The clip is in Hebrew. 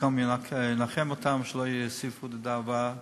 המקום ינחם אותם ושלא יוסיפו לדאבה עוד.